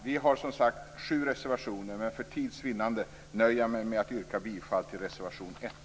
Vi har som sagt sju reservationer, men för tids vinnande nöjer jag mig med att yrka bifall till reservation 1.